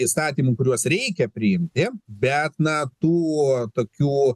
įstatymų kuriuos reikia priimti bet na tuo tokiu